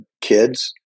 kids